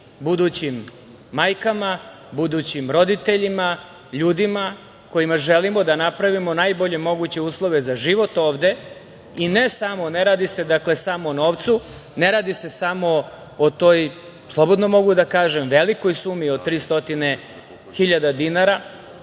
budućim majkama, budućim roditeljima, ljudima kojima želimo da napravimo najbolje moguće uslove za život, ovde. Ne radi se samo o novcu, ne radi se samo o toj slobodno mogu da kažem, velikoj sumi od 300.000 dinara